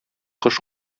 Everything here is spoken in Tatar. кош